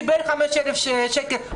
קיבל 5,000 שקל,